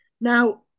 Now